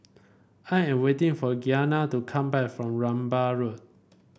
I am waiting for Gianna to come back from Rambai Road